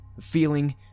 feeling